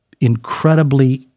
incredibly